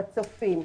בצופים,